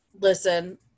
listen –